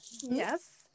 Yes